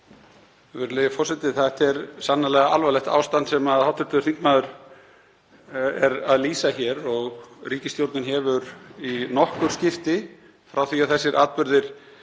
Þetta er sannarlega alvarlegt ástand sem hv. þingmaður lýsir hér og ríkisstjórnin hefur í nokkur skipti frá því að þessir atburðir